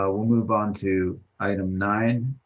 ah we'll move on to item nine,